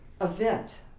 event